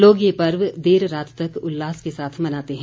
लोग ये पर्व देर रात तक उल्लास के साथ मनाते हैं